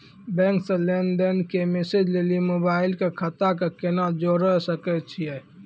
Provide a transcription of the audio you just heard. Bank से लेंन देंन के मैसेज लेली मोबाइल के खाता के केना जोड़े सकय छियै?